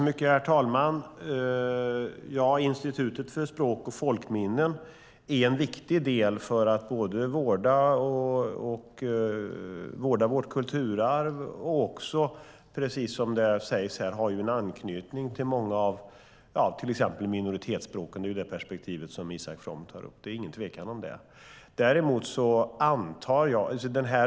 Herr talman! Ja, Institutet för språk och folkminnen är viktigt för att vårda vårt kulturarv, och det har precis som sagts här anknytning till exempelvis minoritetsspråken, som är det perspektiv Isak From tar upp. Det är ingen tvekan om det.